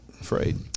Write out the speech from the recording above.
afraid